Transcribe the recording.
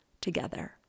together